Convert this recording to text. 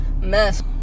mess